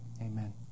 amen